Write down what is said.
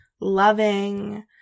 loving